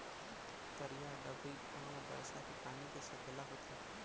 तरिया, डबरी, कुँआ म बरसा के पानी के सकेला होथे